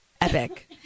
epic